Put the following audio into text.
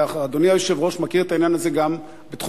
ואדוני היושב-ראש מכיר את העניין הזה גם בתחום